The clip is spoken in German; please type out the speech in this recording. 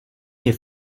mir